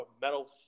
metal